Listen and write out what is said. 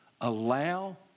Allow